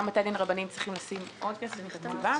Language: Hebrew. גם בתי הדין צריכים להקציב עוד כסף מתקציבם,